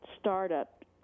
startup